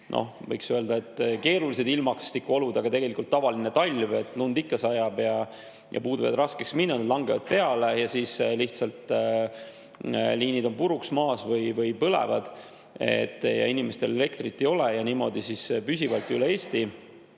võiks öelda, keerulised ilmastikuolud, aga tegelikult on olnud tavaline talv. Lund ikka sajab ja puud võivad raskeks minna, nad langevad maha ja siis lihtsalt liinid on puruks maas või põlevad. Inimestel elektrit ei ole, ja niimoodi püsivalt üle Eesti.